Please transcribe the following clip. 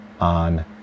on